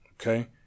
Okay